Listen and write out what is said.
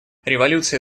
революции